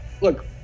look